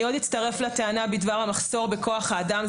אני אצטרף לטענה בדבר המחסור בכוח האדם.